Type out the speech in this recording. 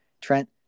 Trent